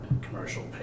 commercial